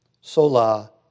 Sola